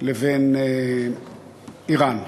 לבין איראן.